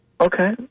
Okay